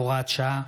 הוראת שעה,